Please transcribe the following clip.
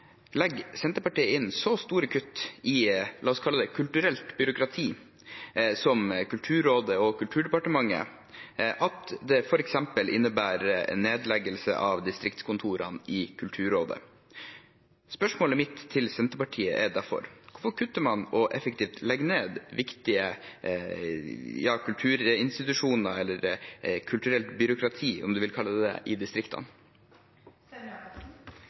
legger Senterpartiet inn så store kutt i – la oss kalle det – kulturelt byråkrati, som Kulturrådet og Kulturdepartementet, at det f.eks. innebærer en nedleggelse av distriktskontorene i Kulturrådet. Spørsmålet mitt til Senterpartiet er derfor: Hvorfor kutter man og effektivt legger ned viktige kulturinstitusjoner – eller kulturelt byråkrati, om en vil kalle det det – i